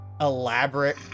elaborate